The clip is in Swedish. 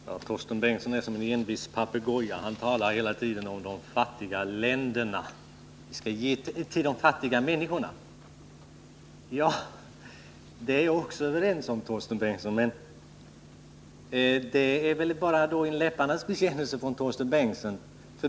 Fru talman! Torsten Bengtson är som en envis papegoja. Han talar hela tiden om att vi skall hjälpa de fattiga människorna. Det är vi också överens om, Torsten Bengtson. Men detta är uppenbarligen bara en läpparnas bekännelse av Torsten Bengtson.